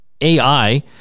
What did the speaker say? ai